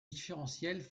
différentiel